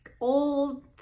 old